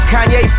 Kanye